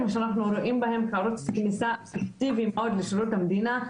שאנחנו רואים בהם ערוץ כניסה אטרקטיבי מאד לשירות המדינה,